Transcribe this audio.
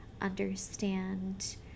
understand